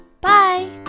Bye